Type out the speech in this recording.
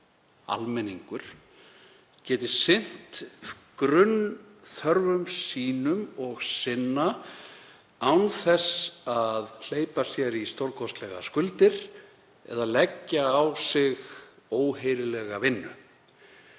almenningur, gæti sinnt grunnþörfum sínum og sinna án þess að hleypa sér í stórkostlegar skuldir eða leggja á sig óheyrilega vinnu.